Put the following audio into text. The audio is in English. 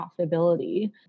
profitability